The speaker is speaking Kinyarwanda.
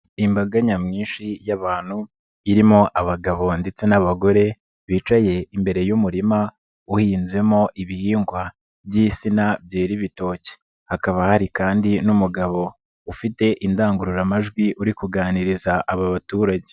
Imbaga nyamwinshi y'abantu, irimo abagabo ndetse n'abagore, bicaye imbere y'umurima uhinzemo ibihingwa by'isina byera ibitoke, hakaba hari kandi n'umugabo ufite indangururamajwi uri kuganiriza aba baturage.